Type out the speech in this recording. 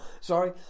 Sorry